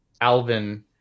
Alvin